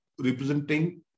representing